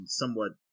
somewhat